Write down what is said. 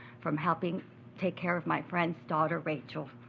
from helping take care of my friend's daughter, rachel.